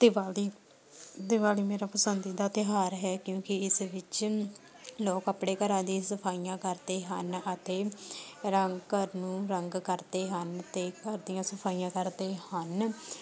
ਦੀਵਾਲੀ ਦੀਵਾਲੀ ਮੇਰਾ ਪਸੰਦੀਦਾ ਤਿਉਹਾਰ ਹੈ ਕਿਉਂਕਿ ਇਸ ਵਿੱਚ ਲੋਕ ਆਪਣੇ ਘਰਾਂ ਦੀ ਸਫਾਈਆਂ ਕਰਦੇ ਹਨ ਅਤੇ ਰੰ ਘਰ ਨੂੰ ਰੰਗ ਕਰਦੇ ਹਨ ਅਤੇ ਘਰ ਦੀਆਂ ਸਫਾਈਆਂ ਕਰਦੇ ਹਨ